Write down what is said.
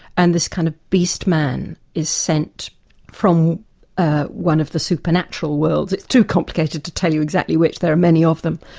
and this kind of beast man is sent from ah one of the supernatural worlds. it's too complicated to tell you exactly which, there are many of them.